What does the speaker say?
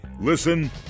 Listen